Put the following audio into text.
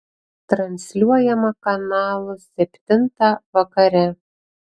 transliuojama kanalu septintą vakare